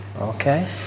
Okay